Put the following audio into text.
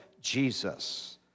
Jesus